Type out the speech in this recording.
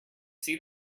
see